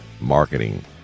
Marketing